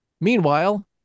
Meanwhile